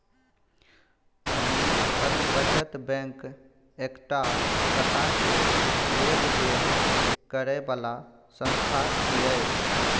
mutual बचत bank एकटा टका के लेब देब करे बला संस्था छिये